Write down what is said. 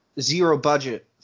Zero-budget